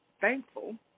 thankful